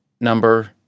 number